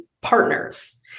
partners